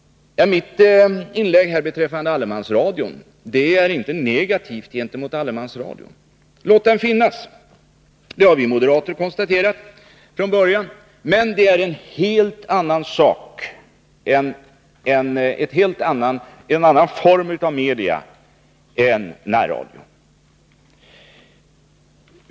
Mitt inlägg skall inte tolkas som någonting negativt gentemot allemansradion. Låt den finnas! Det har vi moderater tyckt från början. Men det är en helt annan form av medium än närradion.